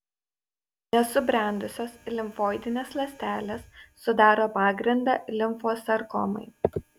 nesubrendusios limfoidinės ląstelės sudaro pagrindą limfosarkomai